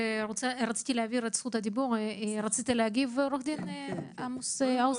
רציתי להעביר את זכות הדיבור לעורך הדין עמוס האוזנר.